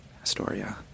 Astoria